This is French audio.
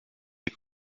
des